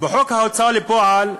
בחוק ההוצאה לפועל,